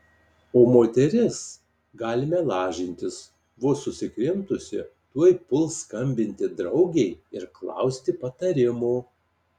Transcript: o moteris galime lažintis vos susikrimtusi tuoj puls skambinti draugei ir klausti patarimo